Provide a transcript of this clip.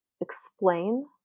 explain